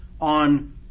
on